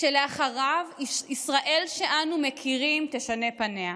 שאחריו ישראל שאנו מכירים תשנה פניה.